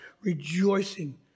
rejoicing